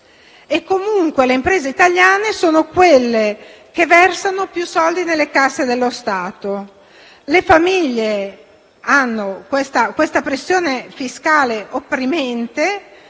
E comunque le imprese italiane sono quelle che versano più soldi nelle casse dello Stato, mentre le famiglie subiscono una pressione fiscale opprimente